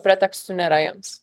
pretekstų nėra jiems